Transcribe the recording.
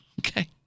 okay